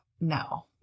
no